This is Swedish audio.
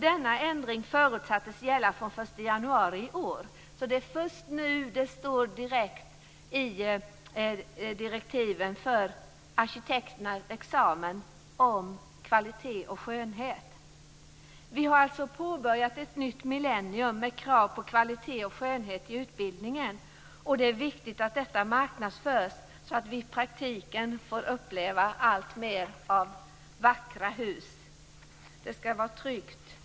Denna ändring förutsattes gälla från den 1 januari i år. Det är först nu det står direkt i direktiven för arkitekternas examen om kvalitet och skönhet. Vi har alltså påbörjat ett nytt millennium med krav på kvalitet och skönhet i utbildningen. Det är viktigt att detta marknadsförs, så att vi i praktiken får uppleva alltmer av vackra hus. Det ska vara tryggt.